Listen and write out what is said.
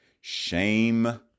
shame